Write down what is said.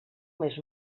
més